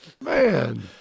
Man